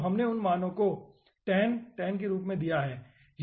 तो हमने उन मानों को 10 10 के रूप में दिया है ठीक है